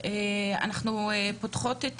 אנחנו פותחות את